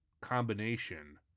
combination